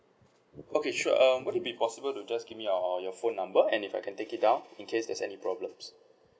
okay sure um will it be possible to just give me your your phone number and if I can take it down in case there's any problems